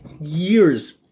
years